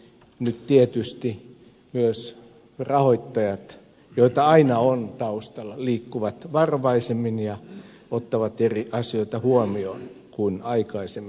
nyt tietysti myös rahoittajat joita aina on taustalla liikkuvat varovaisemmin ja ottavat huomioon eri asioita kuin aikaisemmin